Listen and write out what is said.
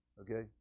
Okay